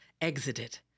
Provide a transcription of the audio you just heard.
exited